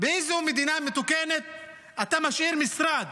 באיזו מדינה מתוקנת אתה משאיר משרד